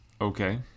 Okay